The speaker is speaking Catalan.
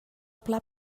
pla